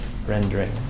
rendering